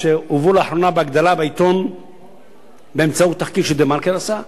שהובאה לאחרונה בהגדלה בעיתון באמצעות תחקיר ש"דה-מרקר" עשה.